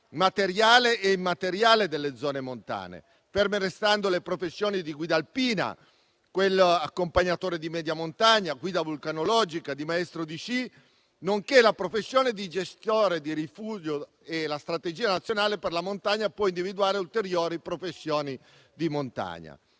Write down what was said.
materiale e immateriale delle zone montane, ferme restando le professioni di guida alpina, accompagnatore di media montagna, guida vulcanologica e maestro di sci, nonché quella di gestore di rifugio. La strategia nazionale per la montagna può individuare ulteriori professioni di montagna.